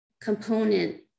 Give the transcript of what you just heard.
component